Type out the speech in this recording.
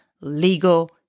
legal